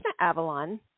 Avalon